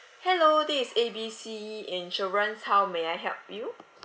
hello this is A B C insurance how may I help you